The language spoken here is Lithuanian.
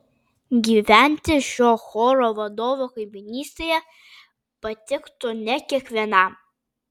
gyventi šio choro vadovo kaimynystėje patiktų ne kiekvienam